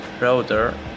Router